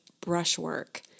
brushwork